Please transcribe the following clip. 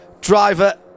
driver